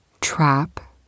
Trap